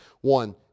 One